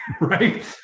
right